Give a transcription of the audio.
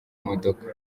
modoka